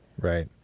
right